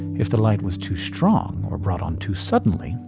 if the light was too strong or brought on too suddenly,